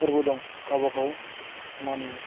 फोरबो दं गावबागाव मानियो